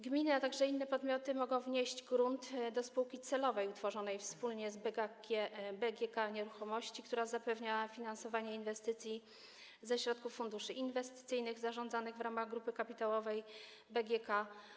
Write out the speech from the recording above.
Gminy, a także inne podmioty mogą wnieść grunt do spółki celowej utworzonej wspólnie z BGK Nieruchomości, która zapewnia finansowanie inwestycji ze środków funduszy inwestycyjnych zarządzanych w ramach grupy kapitałowej BGK.